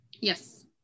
Yes